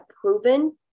proven